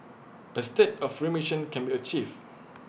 A state of remission can be achieved